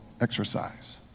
exercise